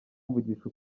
mvugisha